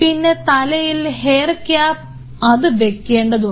പിന്നെ തലയിൽ hair cap അത് വെക്കേണ്ടതുണ്ട്